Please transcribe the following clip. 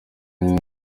anywa